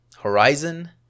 Horizon